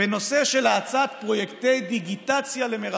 בנושא של האצת פרויקטי דיגיטציה למרחוק,